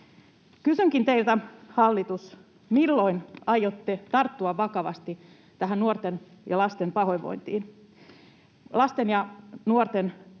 Kysynkin teiltä, hallitus: Milloin aiotte tarttua vakavasti tähän nuorten ja lasten pahoinvointiin?